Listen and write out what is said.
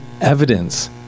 evidence